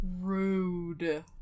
Rude